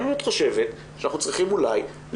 האם את חושבת שאולי אנחנו צריכים לקבוע